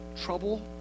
trouble